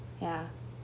ya